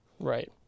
Right